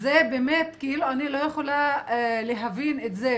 אני לא יכולה להבין את זה.